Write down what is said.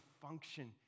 function